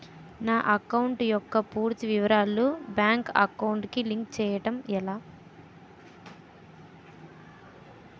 నా అకౌంట్ యెక్క పూర్తి వివరాలు బ్యాంక్ అకౌంట్ కి లింక్ చేయడం ఎలా?